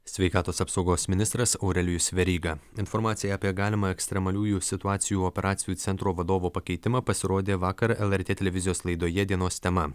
sveikatos apsaugos ministras aurelijus veryga informacija apie galimą ekstremaliųjų situacijų operacijų centro vadovo pakeitimą pasirodė vakar lrt televizijos laidoje dienos tema